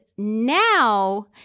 Now